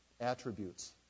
attributes